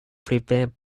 prevent